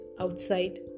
outside